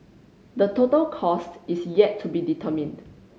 the total cost is yet to be determined